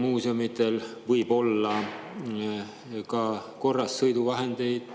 muuseumidel võib olla ka korras sõiduvahendeid.